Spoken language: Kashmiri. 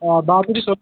آ باقٕے چھِ